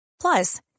Plus